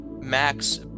Max